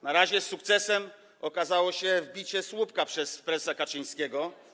Na razie sukcesem okazało się wbicie słupka przez prezesa Kaczyńskiego.